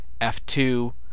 F2